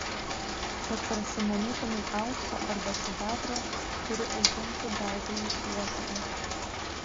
kad prasimanytumei aukso arba sidabro turi užimti baltąjį uostą